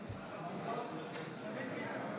מצביעה ניר